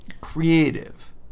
creative